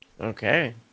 Okay